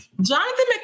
Jonathan